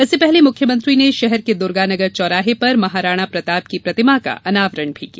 इससे पहले मुख्यमंत्री ने शहर के दुर्गानगर चौराहे पर महाराणा प्रताप की प्रतिमा का अनावरण किया